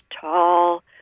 tall